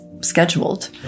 scheduled